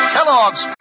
Kellogg's